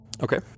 okay